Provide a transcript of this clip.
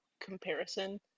comparison